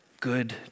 good